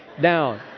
down